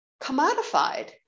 commodified